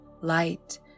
light